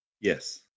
Yes